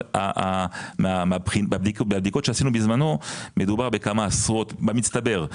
אבל מהבדיקות שעשינו בזמנו מדובר בכמה עשרות במצטבר,